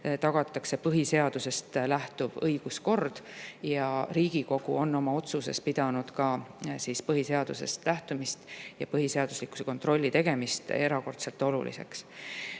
tagatakse põhiseadusest lähtuv õiguskord. Riigikogu on oma otsuses pidanud põhiseadusest lähtumist ja põhiseaduslikkuse kontrolli tegemist erakordselt oluliseks.